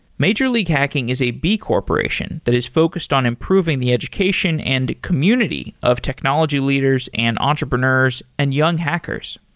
major league hacking is a b corporation that is focused on improving the education and community of technology leaders and entrepreneurs and young hackers.